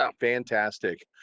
Fantastic